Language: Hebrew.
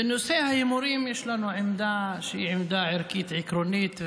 בנושא ההימורים יש לנו עמדה שהיא עמדה ערכית עקרונית,